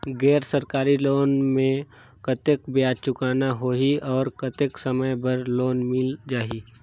गैर सरकारी लोन मे कतेक ब्याज चुकाना होही और कतेक समय बर लोन मिल जाहि?